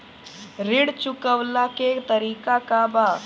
ऋण चुकव्ला के तरीका का बा?